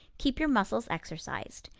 keep your muscles exercised.